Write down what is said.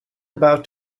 about